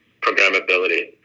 programmability